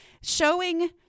showing